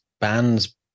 bands